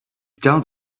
down